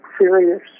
serious